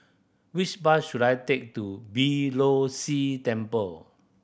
which bus should I take to Beeh Low See Temple